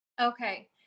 okay